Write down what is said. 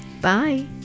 Bye